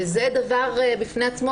זה דבר חדשני בפני עצמו,